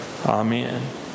Amen